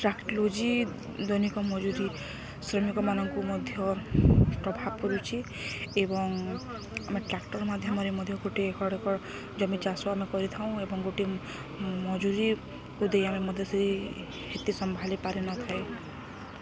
ଟ୍ରାକ୍ଟଲୋଜି ଦୈନିକ ମଜୁରୀ ଶ୍ରମିକ ମାନଙ୍କୁ ମଧ୍ୟ ପ୍ରଭାବ କରୁଛି ଏବଂ ଆମେ ଟ୍ରାକ୍ଟର୍ ମାଧ୍ୟମରେ ମଧ୍ୟ ଗୋଟେ ଏକ ଏକ ଜମି ଚାଷ ଆମେ କରିଥାଉଁ ଏବଂ ଗୋଟେ ମଜୁରୀକୁ ଦେଇ ଆମେ ମଧ୍ୟ ସେଇ ଏତେ ସମ୍ଭାଳିି ପାରିନଥାଏ